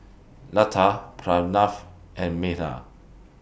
Lata Pranav and Medha